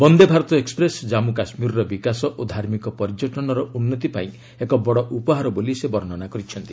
Vande Bharat express କାଶ୍ମୁ କାଶ୍ମୀରର ବିକାଶ ଓ ଧାର୍ମିକ ପର୍ଯ୍ୟଟନର ଉନ୍ନତି ପାଇଁ ଏକ ବଡ଼ ଉପହାର ବୋଲି ସେ ବର୍ଷ୍ଣନା କହିଛନ୍ତି